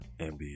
NBA